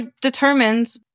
determined